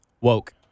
Woke